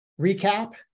recap